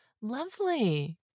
Lovely